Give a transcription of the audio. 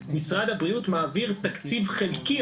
משרד הבריאות מעביר תקציב חלקי,